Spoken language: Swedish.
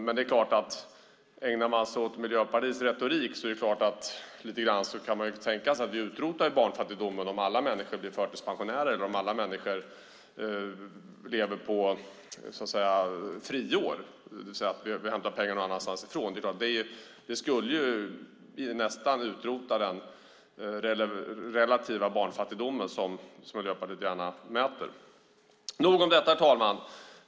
Men det är klart, ägnar man sig åt Miljöpartiets retorik kan man ju tänka sig att vi utrotar barnfattigdomen om alla människor blir förtidspensionärer eller lever på friår och vi hämtar pengarna någon annanstans ifrån. Det skulle nästan utrota den relativa barnfattigdom som Miljöpartiet gärna mäter. Men nog om detta, herr talman.